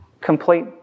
complete